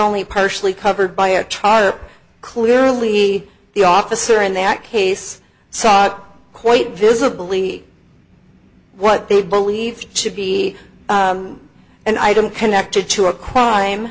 only partially covered by a truck clearly the officer in that case sought quite visibly what they believe should be an item connected to a crime